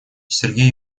сергей